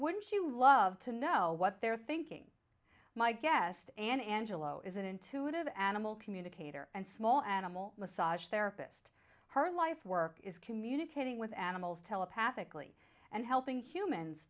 wouldn't you love to know what they're thinking my guest and angelo is an intuitive animal communicator and small animal massage therapist her life work is communicating with animals telepathically and helping humans